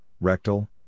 rectal